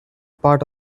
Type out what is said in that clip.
part